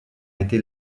été